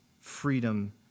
freedom